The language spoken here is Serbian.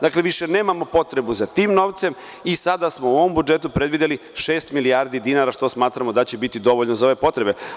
Dakle, više nemamo potrebu za tim novcem i sada smo u ovom budžetu predvideli šest milijardi dinara što smatramo da će biti dovoljno za ove potrebe.